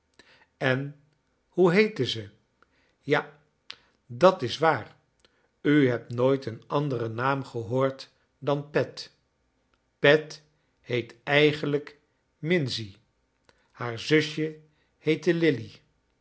en tioe heeten ze ja dat is waar u hebt nooit en anderen naam gehoord dan pet pet heet eigenlijk minnie haar zusje heette lillie